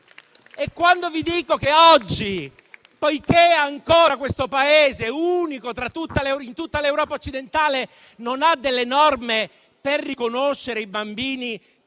questo? Poiché ancora questo Paese, unico in tutta l'Europa occidentale, non ha delle norme per riconoscere i bambini